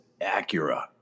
Acura